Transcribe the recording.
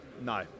No